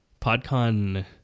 PodCon